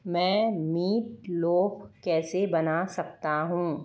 मैं meat loaf कैसे बना सकता हूँ